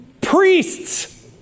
Priests